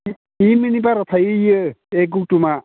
एह बारा थायो बेयो बे गौतमा